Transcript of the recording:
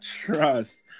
trust